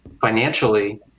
financially